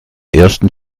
ersten